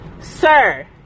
Sir